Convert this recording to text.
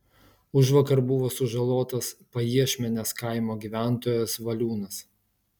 užvakar buvo sužalotas pajiešmenės kaimo gyventojas valiūnas